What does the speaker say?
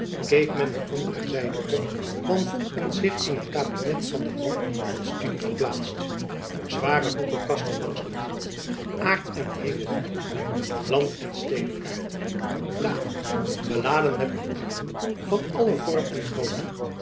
keek men de andere zijde op dan vond men zich in het kabinet van den man van studie verplaatst zware boekekasten langs den muur aard en hemelgloben land en stedekaarten tafels beladen met papieren van allen vorm en